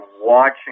watching